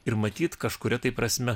ir matyt kažkuria prasme